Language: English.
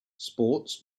sports